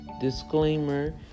Disclaimer